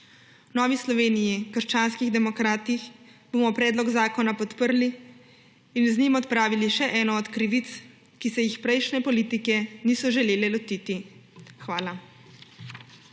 V Novi Sloveniji – krščanskih demokratih bomo predlog zakona podprli in z njim odpravili še eno od krivic, ki se jih prejšnje politike niso želele lotiti. Hvala.